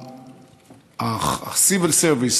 ה-Civil Service,